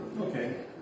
Okay